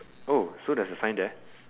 oh so there's a sign there